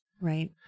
Right